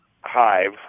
hive